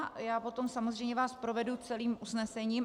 Já vás potom samozřejmě provedu celým usnesením.